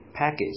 package